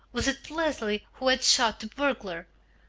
was it leslie who had shot the burglar?